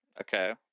Okay